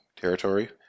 territory